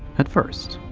at first.